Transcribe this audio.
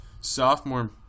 sophomore